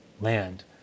land